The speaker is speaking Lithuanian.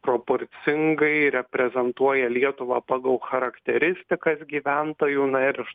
proporcingai reprezentuoja lietuvą pagal charakteristikas gyventojų na ir iš